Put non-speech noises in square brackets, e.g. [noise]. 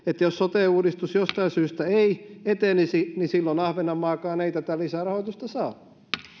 [unintelligible] että jos sote uudistus jostain syystä ei etenisi niin silloin ahvenenmaakaan ei tätä lisärahoitusta saa